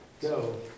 go